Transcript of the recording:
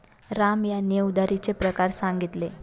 राम यांनी उधारीचे प्रकार सांगितले